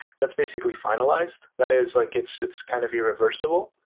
that's basically finalized. that is like it's it's kind of irreversible.